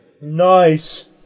Nice